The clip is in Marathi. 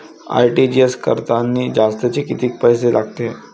आर.टी.जी.एस करतांनी जास्तचे कितीक पैसे लागते?